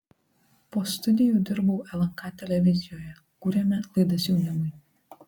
po studijų dirbau lnk televizijoje kūrėme laidas jaunimui